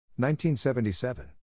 1977